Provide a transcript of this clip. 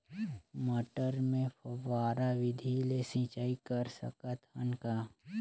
मटर मे फव्वारा विधि ले सिंचाई कर सकत हन का?